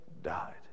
died